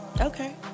okay